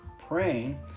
praying